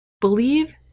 Believe